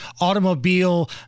automobile